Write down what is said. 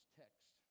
text